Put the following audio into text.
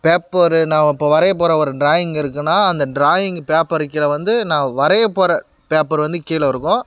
paper நான் இப்போது வரைய போகிற ஒரு டிராயிங் இருக்குதுனா அந்த டிராயிங்கு பேப்பரு கீழே வந்து நான் வரைய போகிற பேப்பர் வந்து கீழே இருக்கும்